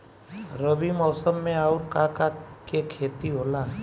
रबी मौसम में आऊर का का के खेती होला?